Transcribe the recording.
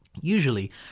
Usually